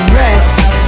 rest